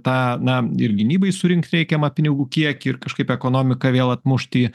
tą na ir gynybai surinkt reikiamą pinigų kiekį ir kažkaip ekonomiką vėl atmušt į